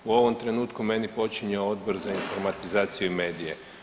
U ovom trenutku meni počinje Odbor za informatizaciju i medije.